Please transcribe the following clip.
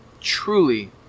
Truly